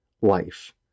life